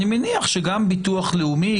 אני מניח שגם ביטוח לאומי,